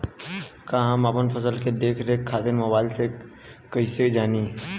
हम अपना फसल के देख रेख खातिर मोबाइल से कइसे जानी?